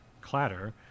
clatter